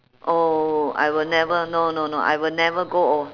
oh I will never no no no I will never grow old